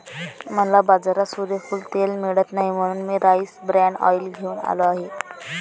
मला बाजारात सूर्यफूल तेल मिळत नाही म्हणून मी राईस ब्रॅन ऑइल घेऊन आलो आहे